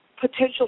potential